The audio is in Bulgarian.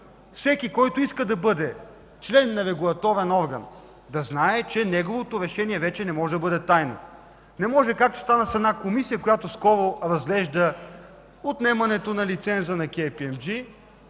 всеки, който иска да бъде член на регулаторен орган, да знае, че неговото решение вече не може да бъде тайна. Не може, както стана с една комисия, която скоро разглежда отнемането на лиценза на Кей